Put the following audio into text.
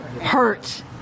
hurt